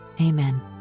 Amen